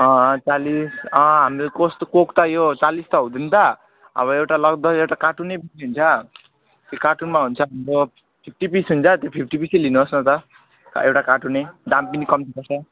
अँ चालिस अँ हाम्रो कस्तो कोक त यो चालिस त हुँदैन त अब एउटा लाँदा एउटा कार्टुनै फुत्किन्छ त्यो कार्टुनमा हुन्छ हाम्रो फिफ्टी पिस हुन्छ त्यो फिफ्टी पिसै लिनुहोस् न त एउटा कार्टुनै दाम पनि कम्ती पर्छ